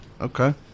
Okay